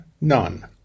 None